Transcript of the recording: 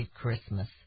Christmas